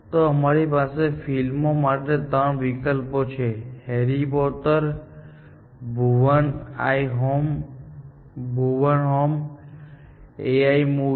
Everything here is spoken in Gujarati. તો અમારી પાસે ફિલ્મો માટે 3 વિકલ્પો પણ છે Harry Potter Bhuvan home AI movie